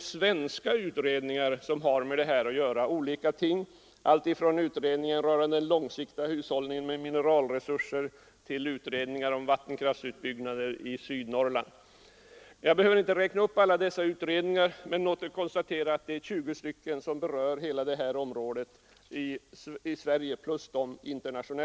svenska utredningar som har med sådana här frågor att göra, alltifrån utredningen rörande den långsiktiga hushållningen med mineralresurser till utredningar om vattenkraftsutbyggnader i Sydnorrland. Jag behöver inte räkna upp alla dessa utredningar; jag vill endast konstatera att vi har 20 stycken på det här området bara i Sverige plus de internationella.